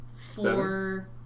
four